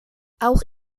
auch